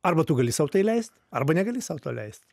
arba tu gali sau tai leist arba negali sau to leist